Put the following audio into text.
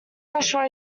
joshua